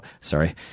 sorry